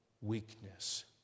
weakness